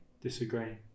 Disagree